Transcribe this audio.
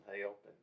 help